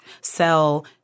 sell